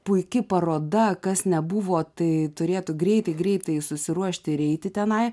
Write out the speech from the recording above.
puiki paroda kas nebuvo tai turėtų greitai greitai susiruošti ir eiti tenai